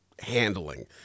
handling